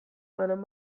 banan